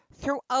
throughout